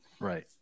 Right